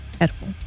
edible